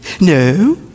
No